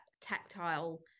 tactile